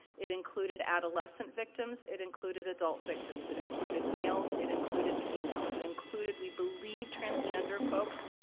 it included adolescent victims, it included adult victims. it included males, it included females. it included, we believe, transgender folks,